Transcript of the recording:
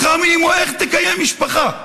בשכר מינימום איך תקיים משפחה?